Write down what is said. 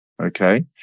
Okay